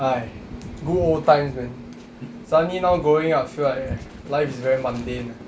!aiya! good old times man suddenly now growing up I feel like life is very mundane